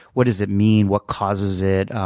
what does it mean? what causes it?